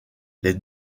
les